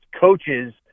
coaches